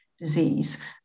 disease